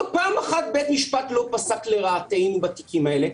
בית משפט לא פסק לרעתנו עוד פעם אחת בתיקים האלה.